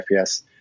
FPS